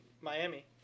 Miami